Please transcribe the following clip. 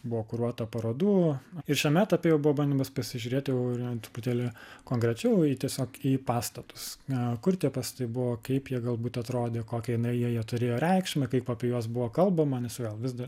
buvo kuruota parodų ir šiame etape jau buvo bandymas pasižiūrėt jau ir ant truputėlį konkrečiau į tiesiog į pastatusa kur tie pastatai buvo kaip jie galbūt atrodė kokią jie jie turėjo reikšmę kaip apie juos buvo kalbama nes vėl vis dar